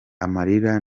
amarira